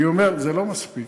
אני אומר שזה לא מספיק,